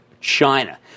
China